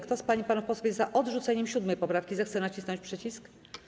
Kto z pań i panów posłów jest za odrzuceniem 7. poprawki, zechce nacisnąć przycisk.